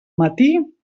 matí